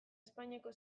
espainiako